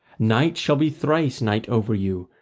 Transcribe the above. night shall be thrice night over you,